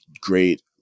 great